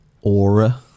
aura